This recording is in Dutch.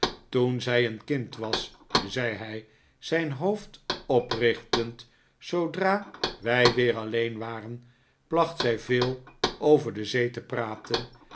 toen zij een kind was zei hij zijn hoofd oprichtend zoodra wij weer alleen waren placht zij veel over de zee te praten